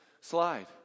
slide